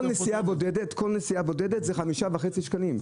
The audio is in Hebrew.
כל נסיעה בודדת עולה 5.5 שקלים.